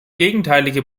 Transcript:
gegenteilige